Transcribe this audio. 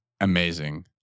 amazing